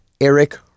Eric